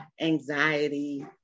anxiety